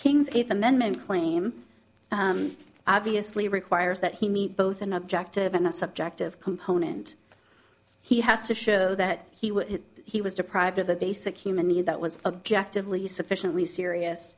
king's eighth amendment claim obviously requires that he meet both an objective and a subjective component he has to show that he was he was deprived of a basic human need that was objective least sufficiently serious